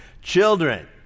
children